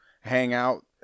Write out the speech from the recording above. hangout